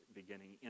beginning